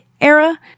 era